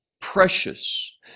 precious